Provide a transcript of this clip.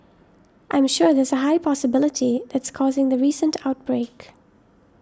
I'm sure there's a high possibility that's causing the recent outbreak